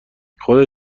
خودت